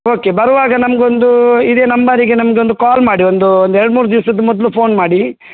okay ಬರುವಾಗ ನಮ್ಗೆ ಒಂದು ಇದೇ ನಂಬರಿಗೆ ನಮ್ಗೆ ಒಂದು ಕಾಲ್ ಮಾಡಿ ಒಂದು ಒಂದು ಎರಡು ಮೂರು ದಿವಸದ ಮೊದಲು ಫೋನ್ ಮಾಡಿ